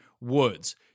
Woods